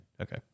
Okay